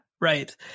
right